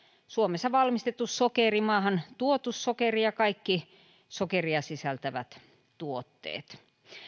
suomessa valmistettu sokeri maahantuotu sokeri ja kaikki sokeria sisältävät tuotteet